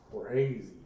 crazy